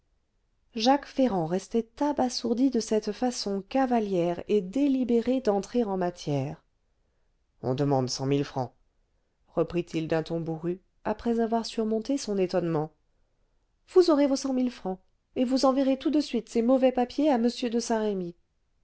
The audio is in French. jacques ferrand restait abasourdi de cette façon cavalière et délibérée d'entrer en matière on demande cent mille francs reprit-il d'un ton bourru après avoir surmonté son étonnement vous aurez vos cent mille francs et vous enverrez tout de suite ces mauvais papiers à m de saint-remy